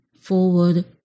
forward